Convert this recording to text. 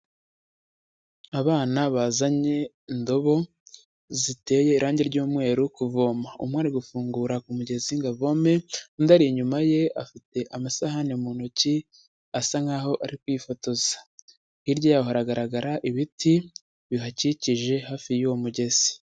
Abana bazanye indobo ziteye irangi ry'umweru kuvoma, umwe ari gufungura ku mugezi ngo avome, undi ari inyuma ye afite amasahani mu ntoki asa nk'aho ari kwifotoza, hirya y'aho haragaragara ibiti bihakikije hafi y'uwo mugezi.